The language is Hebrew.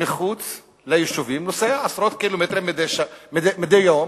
מחוץ ליישובים ונוסע עשרות קילומטרים מדי יום.